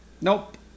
Nope